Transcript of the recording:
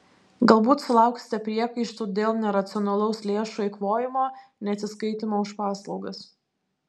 galbūt sulauksite priekaištų dėl neracionalaus lėšų eikvojimo neatsiskaitymo už paslaugas